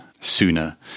sooner